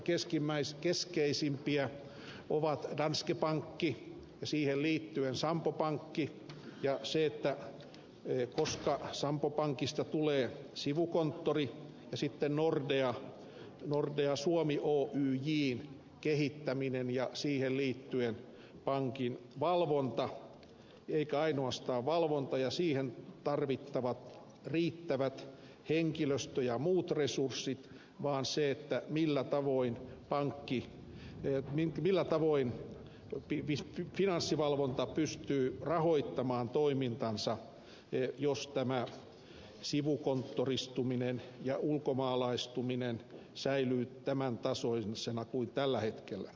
siinä keskeisimpiä ovat danske bank ja siihen liittyen sampo pankki ja se että sampo pankista tulee sivukonttori ja sitten nordea suomi oyj ja sen kehittäminen ja siihen liittyen pankin valvonta eikä ainoastaan valvonta ja siihen tarvittavat riittävät henkilöstö ja muut resurssit vaan myös se millä tavoin finanssivalvonta pystyy rahoittamaan toimintansa jos tämä sivukonttoristuminen ja ulkomaalaistuminen säilyy tämän tasoisena kuin tällä hetkellä